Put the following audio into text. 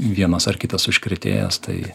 vienas ar kitas užkrėtėjas tai